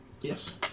Yes